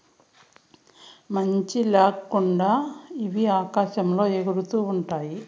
మంచి ల్యాకుండా ఇవి ఆకాశంలో ఎగురుతూ ఉంటాయి